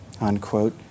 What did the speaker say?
unquote